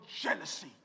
jealousy